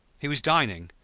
he was dining,